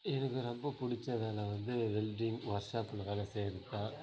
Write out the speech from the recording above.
எனக்கு ரொம்ப பிடிச்ச வேலை வந்து வெல்டிங் வொர்க்ஷாப்பில் வேலை செய்கிறது தான்